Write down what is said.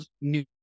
new